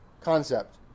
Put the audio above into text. concept